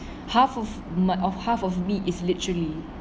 half of my half of me is literally